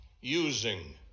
using